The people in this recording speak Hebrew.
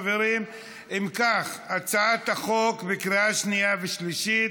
חברים, אם כך, הצעת החוק בקריאה שנייה ושלישית.